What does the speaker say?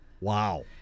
wow